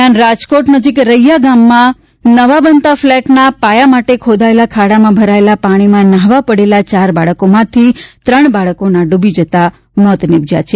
દરમિયાન રાજકોટ નજીક રૈયા ગામમાં નવા બનતા ફલેટના પાયા માટે ખોદાયેલા ખાડામાં ભરાયેલા પાણીમાં નહાવા પડેલા ચાર બાળકોમાંથી ત્રણ બાળકો ડૂબી જતા તેમના મોત નીપજ્યા હતા